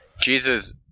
Jesus